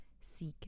seek